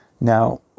Now